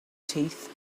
teeth